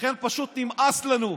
לכן פשוט נמאס לנו.